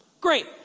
Great